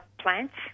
plants